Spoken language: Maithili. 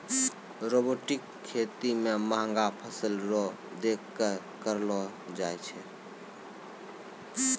रोबोटिक खेती मे महंगा फसल रो देख रेख करलो जाय छै